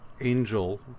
Angel